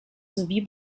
sowie